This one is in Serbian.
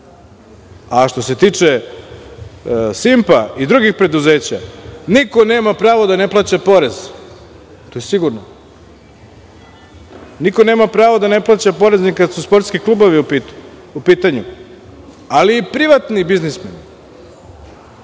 loše. Što se tiče „Simpa“ i drugih preduzeća, niko nema prava da ne plaća porez. To je sigurno. Niko nema prava da ne plaća porez ni kada su u pitanju sportski klubovi, ali i privatni biznismeni.